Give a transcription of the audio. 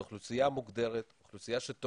זו אוכלוסייה מוגדרת, אוכלוסייה שתורמת,